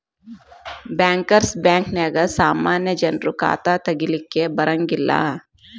bankers ಬ್ಯಾಂಕ ನ್ಯಾಗ ಸಾಮಾನ್ಯ ಜನ್ರು ಖಾತಾ ತಗಿಲಿಕ್ಕೆ ಬರಂಗಿಲ್ಲಾ